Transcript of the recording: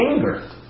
anger